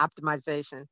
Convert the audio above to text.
optimization